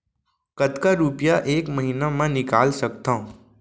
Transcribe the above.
कतका रुपिया एक महीना म निकाल सकथव?